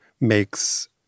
makes